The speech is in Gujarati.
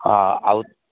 હા આવ